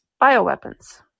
bioweapons